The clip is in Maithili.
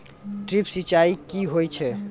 ड्रिप सिंचाई कि होय छै?